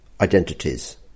identities